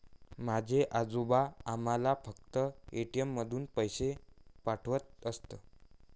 माझे आजोबा आम्हाला फक्त ए.टी.एम मधून पैसे पाठवत असत